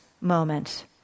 moment